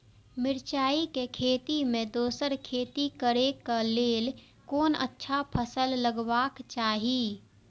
मिरचाई के खेती मे दोसर खेती करे क लेल कोन अच्छा फसल लगवाक चाहिँ?